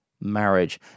marriage